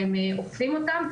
והם אוכפים אותן.